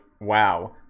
wow